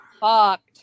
fucked